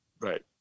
Right